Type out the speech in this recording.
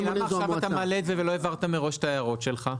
דבר שני למה עכשיו אתה מעלה את זה ולא העברת מראש את ההערות שלך?